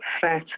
fat